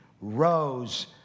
rose